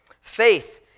Faith